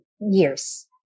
years